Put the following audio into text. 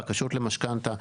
בקשות למשכנתא,